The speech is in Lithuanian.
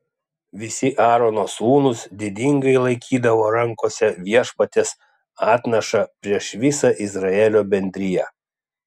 visi aarono sūnūs didingai laikydavo rankose viešpaties atnašą prieš visą izraelio bendriją